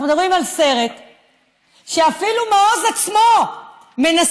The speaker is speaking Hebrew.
אנחנו מדברים על סרט שאפילו מעוז עצמו מנסה